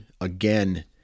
again